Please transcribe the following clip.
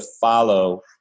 follow